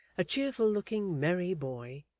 a cheerful looking, merry boy,